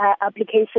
application